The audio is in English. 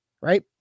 right